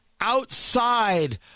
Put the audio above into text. outside